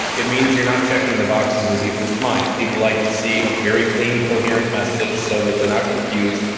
it means you're not checking the boxes in people's minds. people like to see a very clean, coherent message so that they're not confused.